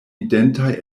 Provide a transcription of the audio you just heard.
identaj